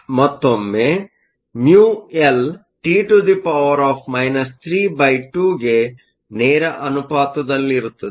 ಆದ್ದರಿಂದ ಮತ್ತೊಮ್ಮೆ μLT 32ಗೆ ನೇರ ಅನುಪಾತದಲ್ಲಿರುತ್ತದೆ